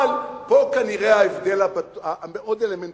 אבל פה כנראה ההבדל המאוד-אלמנטרי,